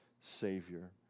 Savior